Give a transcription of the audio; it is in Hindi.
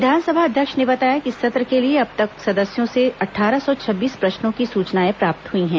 विधानसभा अध्यक्ष ने बताया कि इस सत्र के लिए अब तक सदस्यों से अट्ठारह सौ छब्बीस प्रश्नों की सूचनाएं प्राप्त हुई हैं